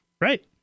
Right